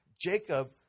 Jacob